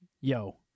Yo